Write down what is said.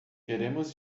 queremos